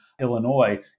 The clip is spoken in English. Illinois